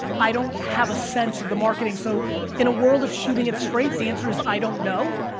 i don't have a sense of the marketing, so in a world of shooting it straight, the answer is i don't know.